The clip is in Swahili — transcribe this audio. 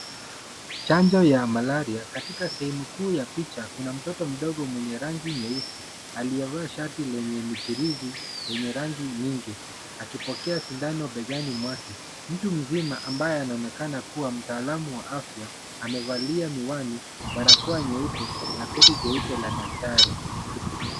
Chanjo ya malaria. Katika sehemu kuu ya picha kuna mtoto mdogo mwenye rangi nyeusi aliyevaa shati lenye michiriri yenye rangi nyingi, akipokea sindano begani mwake. Mtu mzima ambaye anaonekana kuwa mtaalamu wa afya amevalia miwani, barakoa nyeupe na koti jeupe la daktari.